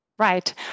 Right